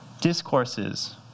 discourses